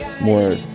more